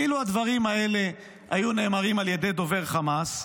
אילו הדברים האלה היו נאמרים על ידי דובר חמאס,